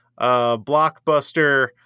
blockbuster